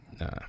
Nah